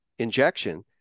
Injection